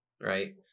right